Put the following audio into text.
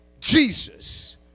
jesus